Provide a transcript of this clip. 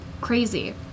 crazy